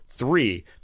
Three